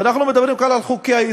ואנחנו מדברים כאן על חוקי-היסוד.